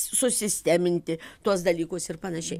susisteminti tuos dalykus ir panašiai